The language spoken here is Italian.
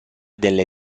delle